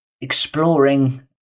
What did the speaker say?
exploring